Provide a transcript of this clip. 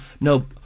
No